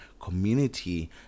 community